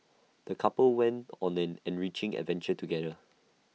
the couple went on an enriching adventure together